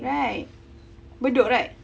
right bedok right